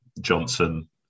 Johnson